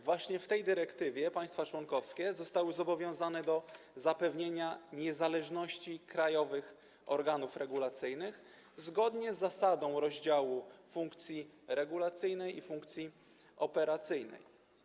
W tej dyrektywie państwa członkowskie zostały zobowiązane do zapewnienia niezależności krajowych organów regulacyjnych, zgodnie z zasadą rozdziału funkcji regulacyjnej i funkcji operacyjnej.